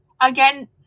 again